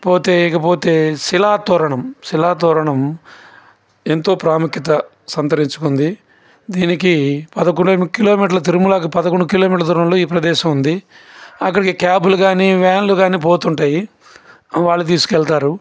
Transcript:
పోతే ఇకపోతే శిలాతోరణం శిలాతోరణం ఎంతో ప్రాముఖ్యత సంతరించుకుంది దీనికి పదకొండు కిలోమీటర్ల తిరుమలకి పదకొండు కిలోమీటర్ల దూరంలో ఈ ప్రదేశం ఉంది అక్కడికి క్యాబులు కానీ వ్యాన్లు కానీ పోతుంటాయి వాళ్ళు తీసుకెళ్తారు